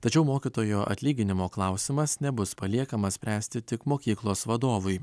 tačiau mokytojo atlyginimo klausimas nebus paliekamas spręsti tik mokyklos vadovui